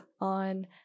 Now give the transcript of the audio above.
on